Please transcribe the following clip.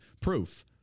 Proof